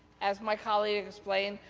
as my colleague explained,